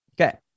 Okay